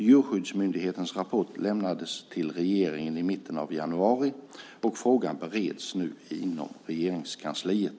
Djurskyddsmyndighetens rapport lämnades till regeringen i mitten av januari, och frågan bereds nu inom Regeringskansliet.